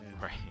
Right